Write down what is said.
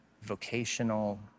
vocational